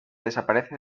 desaparece